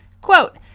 Quote